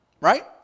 Right